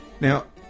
Now